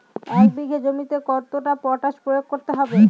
এক বিঘে জমিতে কতটা পটাশ প্রয়োগ করতে হবে?